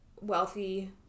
wealthy